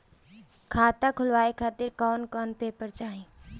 खाता खुलवाए खातिर कौन कौन पेपर चाहीं?